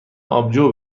آبجو